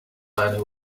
man